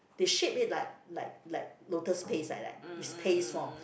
they shape it like like like lotus paste like that it's paste form